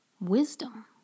wisdom